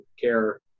care